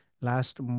last